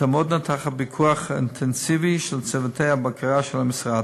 ותעמודנה בפיקוח אינטנסיבי של צוותי הבקרה של המשרד.